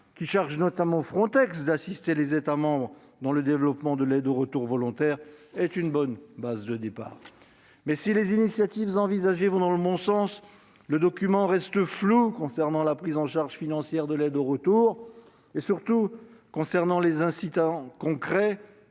qui charge notamment Frontex d'assister les États membres dans le développement de l'aide au retour volontaire, est une bonne base de départ. Toutefois, si les initiatives envisagées vont dans le bon sens, le programme européen reste flou concernant la prise en charge financière de l'aide au retour et, surtout, les incitations concrètes,